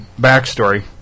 backstory